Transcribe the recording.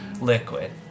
liquid